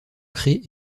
crée